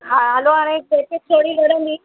हा हलो हाणे ही पेकेज थोरी ॻणिबी